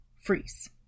freeze